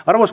armas